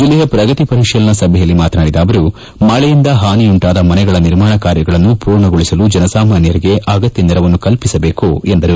ಜಲ್ಲೆಯ ಪ್ರಗತಿ ಪರಿಶೀಲನಾ ಸಭೆಯಲ್ಲಿ ಮಾತನಾಡಿದ ಅವರುಮಳೆಯಿಂದ ಹಾನಿಯುಂಟಾದ ಮನೆಗಳ ನಿರ್ಮಾಣ ಕಾರ್ಯಗಳನ್ನು ಪೂರ್ಣಗೊಳಿಸಲು ಜನಸಾಮಾನ್ಯರಿಗೆ ಅಗತ್ಯ ನೆರವನ್ನು ಕಲ್ಪಿಸಬೇಕು ಎಂದರು